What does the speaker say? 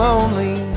Lonely